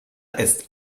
ist